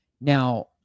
Now